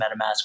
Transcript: MetaMask